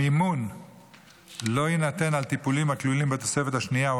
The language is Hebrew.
המימון לא יינתן על טיפולים הכלולים בתוספת השנייה או